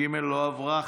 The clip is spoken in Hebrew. לחלופין כ"ב לא עברה.